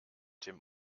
dem